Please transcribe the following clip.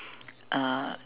uh